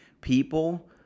people